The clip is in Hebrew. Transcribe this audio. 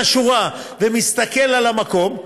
אני, בן-אדם מהשורה שמסתכל על המקום.